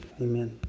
Amen